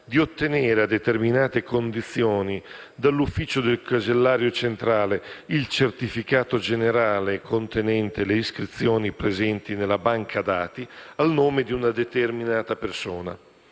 di ottenere - a determinate condizioni - dall'ufficio del casellario centrale il certificato generale contenente le iscrizioni presenti nella banca dati al nome di una determina persona;